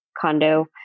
condo